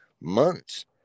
months